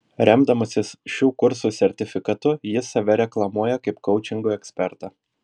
remdamasis šių kursų sertifikatu jis save reklamuoja kaip koučingo ekspertą